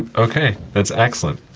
and okay. that's excellent.